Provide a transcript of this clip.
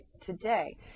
today